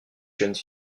jeunes